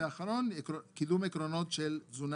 והאחרון הוא קידום עקרונות של תזונה